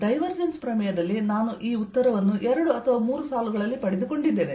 divergence ಪ್ರಮೇಯದಲ್ಲಿ ನಾನು ಈ ಉತ್ತರವನ್ನು ಎರಡು ಅಥವಾ ಮೂರು ಸಾಲುಗಳಲ್ಲಿ ಪಡೆದುಕೊಂಡಿದ್ದೇನೆ